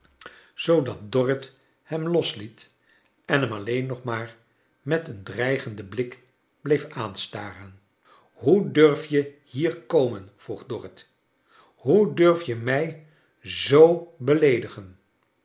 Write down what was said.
zoodat dorrit hem losliet en hem alleen nog maar met een dreigenden blik bleef aanstaren hoe durf je hier tomen vroeg dorrit hoe durf je mij zoo beleedigen